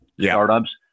startups